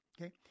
okay